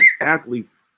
athletes